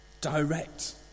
direct